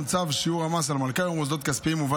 גם צו שיעור המס על מלכ"רים ומוסדות כספיים מובא